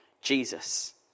Jesus